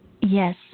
Yes